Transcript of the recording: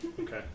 Okay